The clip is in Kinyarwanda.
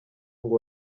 ngo